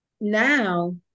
now